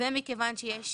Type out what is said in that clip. ומכיוון שיש